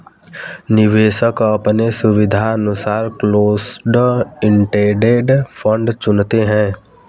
निवेशक अपने सुविधानुसार क्लोस्ड इंडेड फंड चुनते है